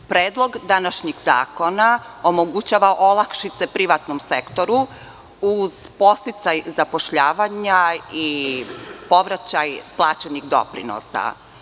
Predlog današnjeg zakona omogućava olakšice privatnom sektoru uz podsticaj zapošljavanja i povraćaj plaćenih doprinosa.